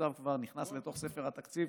תוקצב כבר, נכנס לתוך ספר התקציב,